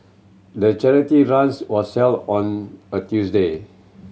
the charity runs was held on a Tuesday